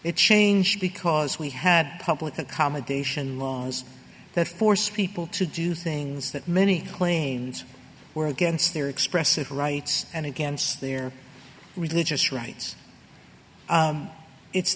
it changed because we had public accommodation laws that force people to do things that many claims were against their expressive rights and against their religious rights it's